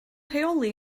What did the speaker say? rheoli